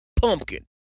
Pumpkin